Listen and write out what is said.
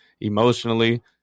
emotionally